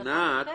זה ההבדל.